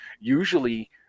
usually